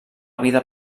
vida